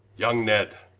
yong ned,